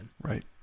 Right